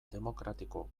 demokratiko